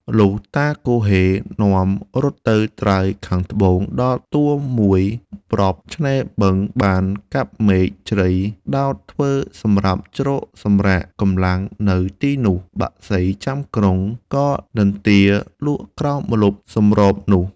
លុះតាគហ៊េនាំរត់ទៅត្រើយខាងត្បូង ដល់ទួលមួយ ប្របឆេ្នរបឹងបានកាប់មែកជ្រៃដោតធ្វើសំរាប់ជ្រកសម្រាក កំលាំងនៅទីនោះ បក្សីចាំក្រុង ក៏និន្រ្ទាលក់ក្រោមម្លប់សម្របនោះ។